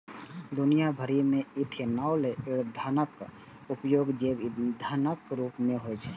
दुनिया भरि मे इथेनॉल ईंधनक उपयोग जैव ईंधनक रूप मे होइ छै